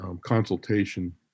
consultation